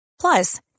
plus